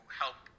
help